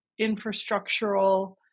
infrastructural